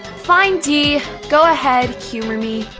fine d, go ahead, humor me.